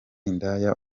indaya